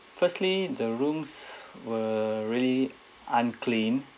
firstly the rooms were really unclean